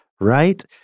right